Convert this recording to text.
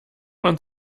man